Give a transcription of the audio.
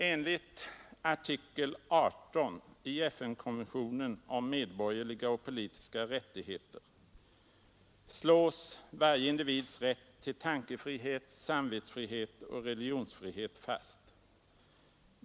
Enligt artikel 18 i FN-konventionen om medborgerliga och politiska rättigheter slås varje individs rätt till tankefrihet, samvetsfrihet och religionsfrihet fast.